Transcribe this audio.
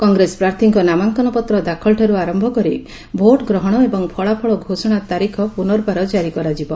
କଂଗ୍ରେସ ପ୍ରାର୍ଥୀଙ୍କ ନାମାଙ୍କନ ପତ୍ର ଦାଖଲଠାରୁ ଆର ଭୋଟ୍ଗ୍ରହଶ ଏବଂ ଫଳାଫଳ ଘୋଷଣା ତାରିଖ ପୁନର୍ବାର ଜାରି କରାଯିବ